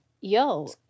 Yo